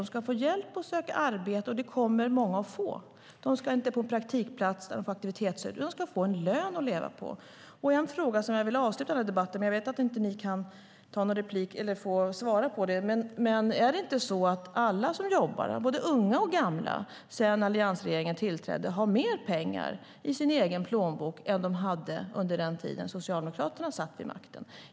De ska få hjälp att söka arbete, och det kommer många att få. Men de ska inte in på en praktikplats eller få aktivitetsstöd, utan de ska få en lön att leva på. Jag har en fråga som jag vill avsluta debatten med trots att jag vet att ni inte kan göra fler inlägg och därför inte kan svara på den: Är det inte så att alla som jobbar, både unga och gamla, sedan alliansregeringen tillträdde har mer pengar i sin egen plånbok än de hade under den tid då Socialdemokraterna satt vid makten?